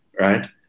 right